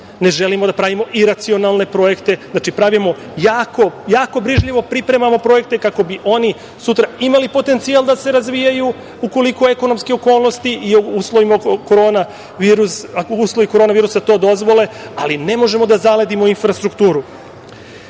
ne želimo da pravimo iracionalne projekte. Znači, pravimo jako brižljivo pripremamo projekte kako bi oni sutra imali potencijal da se razvijaju ukoliko ekonomske okolnosti i ako uslovi korona virusa to dozvole, ali ne možemo da zaledimo infrastrukturu. Predvideli